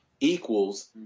equals